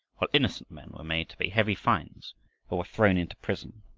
while innocent men were made to pay heavy fines or were thrown into prison.